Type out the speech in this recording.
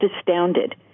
astounded